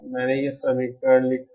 मैंने यह समीकरण लिखा है